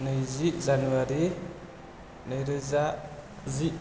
नैजि जानुवारि नैरोजा जि